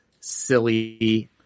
silly